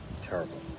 Terrible